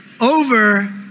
over